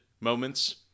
moments